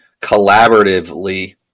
collaboratively